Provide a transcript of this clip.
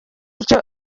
icyo